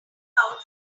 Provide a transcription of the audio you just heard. out